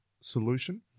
solution